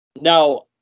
Now